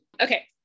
Okay